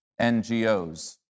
NGOs